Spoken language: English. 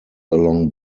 along